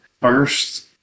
first